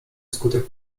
wskutek